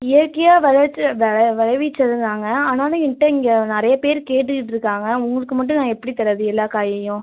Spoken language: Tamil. இயற்கையாக விளந்த வெள விளைவித்தது தாங்க ஆனாலும் என்கிட்ட இங்கே நிறைய பேரு கேட்டுக்கிட்ருக்காங்க உங்களுக்கு மட்டும் நான் எப்படி தரது எல்லா காயையும்